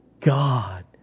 God